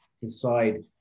decide